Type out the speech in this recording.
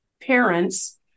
parents